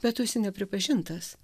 bet tu esi nepripažintas